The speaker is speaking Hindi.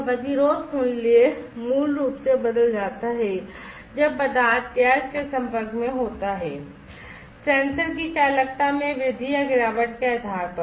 तो प्रतिरोध मूल्य मूल रूप से बदल जाता है जब पदार्थ गैस के संपर्क में होता है सेंसर की चालकता में वृद्धि या गिरावट के आधार पर